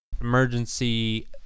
emergency